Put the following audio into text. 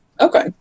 Okay